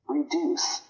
Reduce